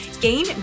gain